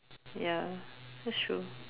ya that's true